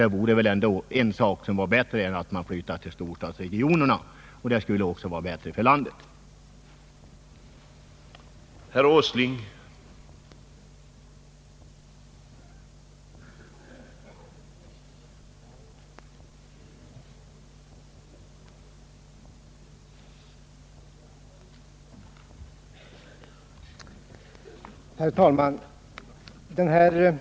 Det vore väl att föredra framför en flyttning till storstadsregionerna, och det skulle också vara bättre för landet i dess helhet.